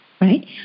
Right